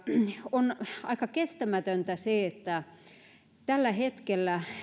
on aika kestämätöntä se että tällä hetkellä